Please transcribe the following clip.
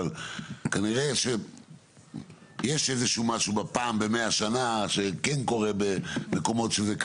אבל כנראה שיש איזשהו משהו בפעם ב-100 שנה שכן קורה במקומות שזה קרה,